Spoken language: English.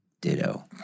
Ditto